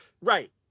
Right